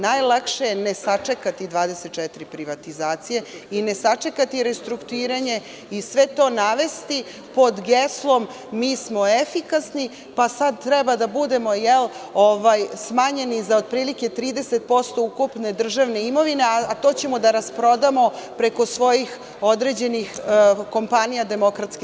Najlakše je ne sačekati 24 privatizacije i ne sačekati restrukturiranje i sve to navesti pod geslom – mi smo efikasni, pa sad treba da budemo smanjeni za otprilike 30% ukupne državne imovine, a to ćemo da rasprodamo preko svojih određenih kompanija DS.